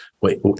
Wait